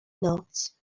noc